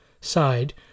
side